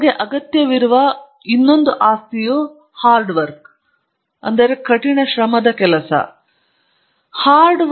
ನಿಮಗೆ ಅಗತ್ಯವಿರುವ ಮೂರನೇ ಆಸ್ತಿಯು ಹಾರ್ಡ್ ಕೆಲಸಕ್ಕೆ ಸಾಮರ್ಥ್ಯ